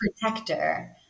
protector